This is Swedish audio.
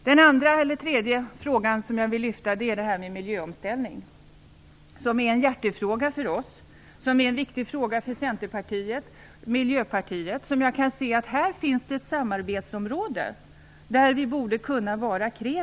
Den tredje frågan som jag vill lyfta fram är miljöomställningen, som är en hjärtefråga för oss och som är en viktig fråga för Centerpartiet och för Miljöpartiet. Jag kan se att här finns ett samarbetsområde, där vi borde kunna vara kreativa.